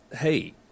hey